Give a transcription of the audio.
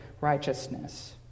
righteousness